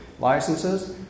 licenses